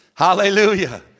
Hallelujah